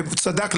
והוא צדק,